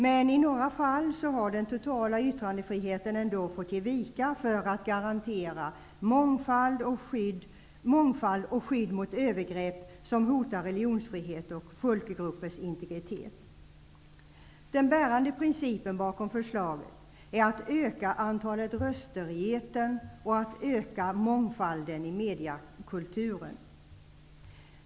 Men i några fall har den totala yttrandefriheten ändå fått ge vika för att garantera mångfald och skydd mot övergrepp som hotar religionsfrihet och folkgruppers integritet. Den bärande principen bakom förslaget är att öka antalet röster i etern och att öka mångfalden i mediekulturen.